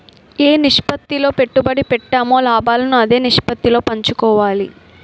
ఏ నిష్పత్తిలో పెట్టుబడి పెట్టామో లాభాలను అదే నిష్పత్తిలో పంచుకోవాలి